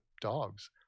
dogs